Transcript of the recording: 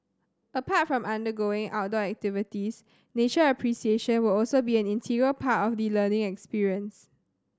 apart from undergoing outdoor activities nature appreciation will also be an integral part of the learning experience